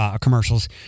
commercials